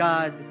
God